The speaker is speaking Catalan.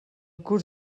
curs